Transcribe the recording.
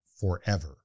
forever